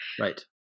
right